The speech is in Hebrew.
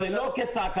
זה לא כצעקתה.